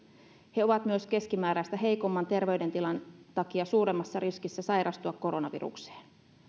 he ovat myös keskimääräistä heikomman terveydentilan takia suuremmassa riskissä sairastua koronavirukseen